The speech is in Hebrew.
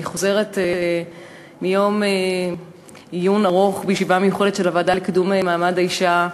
אני חוזרת מיום עיון ארוך וישיבה מיוחדת של הוועדה לקידום מעמד האישה,